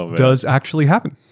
does actually happen,